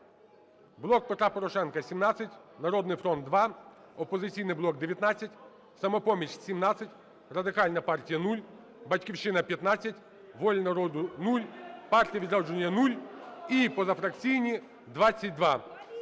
"Блок Петра Порошенка" – 17, "Народний фронт" – 2, "Опозиційний блок" – 19, "Самопоміч" – 17, Радикальна партія – 0, "Батьківщина" – 15, "Воля народу" – 0, "Партія "Відродження" – 0, і позафракційні – 22.